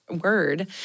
word